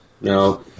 no